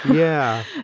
yeah.